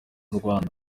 rwanda